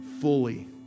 fully